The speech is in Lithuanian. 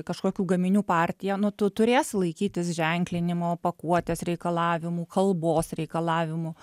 kažkokių gaminių partija nu tu turėsi laikytis ženklinimo pakuotės reikalavimų kalbos reikalavimų